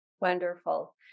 Wonderful